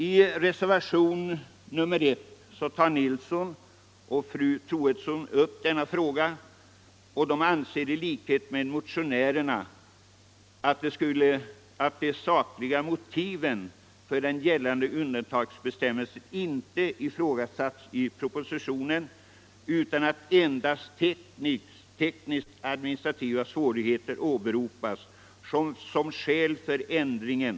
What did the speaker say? I reservationen 1 tar herr Nilsson i Trobro och fru Troedsson upp denna fråga och anser i likhet med motionärerna att de sakliga motiven för den gällande undantagsbestämmelsen inte ifrågasättes i propositionen utan att endast tekniskt administrativa svårigheter åberopas som skäl för ändringen.